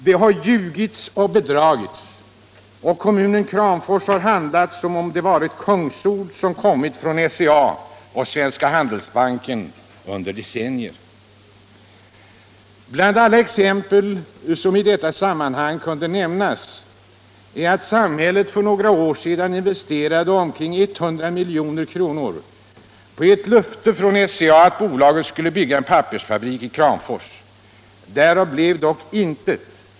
Det har ljugits och bedragits, och kommunen Kramfors har handlat som om det varit kungsord som kommit från SCA och Svenska Handelsbanken under decennier. Bland alla exempel som i detta sammanhang kan nämnas är att samhället för några år sedan investerade omkring 100 milj.kr. efter ett löfte från SCA att bolaget skulle bygga en pappersfabrik i Kramfors. Därav blev dock intet.